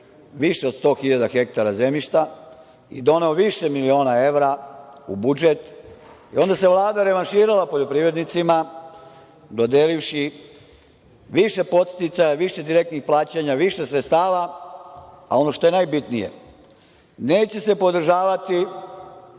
više od 100 hiljada hektara zemljišta i doneo više miliona evra u budžet. Onda se Vlada revanširala poljoprivrednicima dodelivši više podsticaja, više direktnih plaćanja, više sredstava, a ono što je najbitnije, neće se podržavati